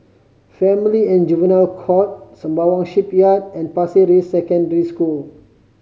Family and Juvenile Court Sembawang Shipyard and Pasir Ris Secondary School